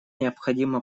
необходимо